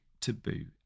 taboo